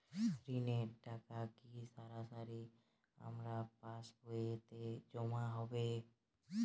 ঋণের টাকা কি সরাসরি আমার পাসবইতে জমা হবে?